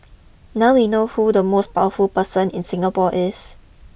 now we know who the most powerful person in Singapore is